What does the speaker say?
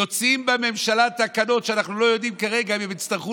יוצאות בממשלה תקנות שאנחנו לא יודעים כרגע אם הן יצטרכו